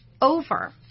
over